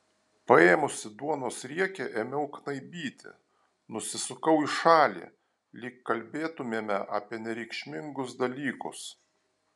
paėmusi duonos riekę ėmiau knaibyti nusisukau į šalį lyg kalbėtumėme apie nereikšmingus dalykus